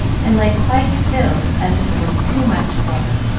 and lay quite still, as if it was too much for her.